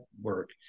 work